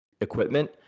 equipment